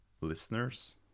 listeners